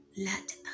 Let